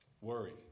worry